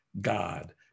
God